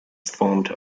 formed